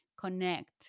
connect